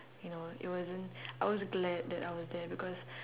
you know it wasn't I was glad that I was there because